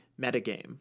metagame